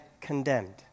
condemned